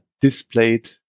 displayed